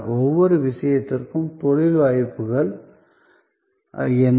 ஒவ்வொரு விஷயத்திலும் தொழில் வாய்ப்புகள் என்ன